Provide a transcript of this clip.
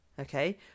Okay